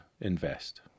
invest